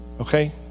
okay